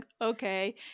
okay